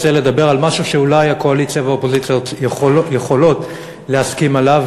רוצה לדבר על משהו שאולי הקואליציה והאופוזיציה יכולות להסכים עליו,